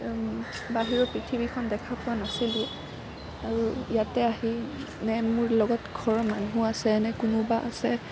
বাহিৰৰ পৃথিৱীখন দেখা পোৱা নাছিলোঁ আৰু ইয়াতে আহি নে মোৰ লগত ঘৰৰ মানুহো আছে নে কোনোবা আছে